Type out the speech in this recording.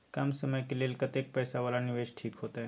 कम समय के लेल कतेक पैसा वाला निवेश ठीक होते?